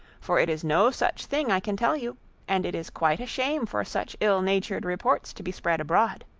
for it is no such thing i can tell you and it is quite a shame for such ill-natured reports to be spread abroad.